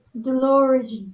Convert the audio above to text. Dolores